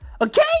Okay